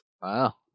Wow